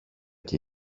και